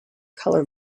color